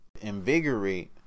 invigorate